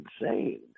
insane